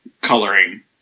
coloring